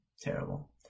terrible